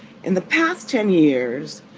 in the past ten years,